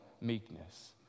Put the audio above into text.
meekness